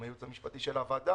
עם הייעוץ המשפטי של הוועדה.